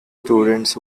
students